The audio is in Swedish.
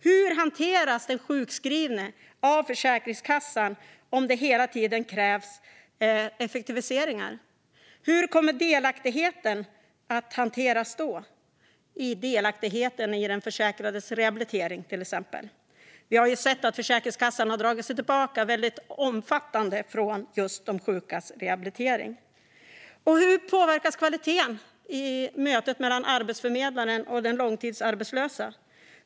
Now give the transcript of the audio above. Hur hanteras den sjukskrivne av Försäkringskassan om det hela tiden krävs effektiviseringar? Hur kommer delaktigheten att hanteras då, till exempel delaktigheten i den försäkrades rehabilitering? Vi har ju sett att Försäkringskassan har dragit sig tillbaka på ett omfattande sätt från just de sjukas rehabilitering. Och hur påverkas kvaliteten i mötet mellan arbetsförmedlaren och den långtidsarbetslöse?